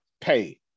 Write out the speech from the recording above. pay